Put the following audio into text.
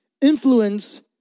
Influence